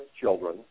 children